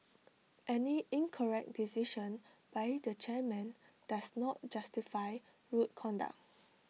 any incorrect decision by the chairman does not justify rude conduct